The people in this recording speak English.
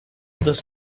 this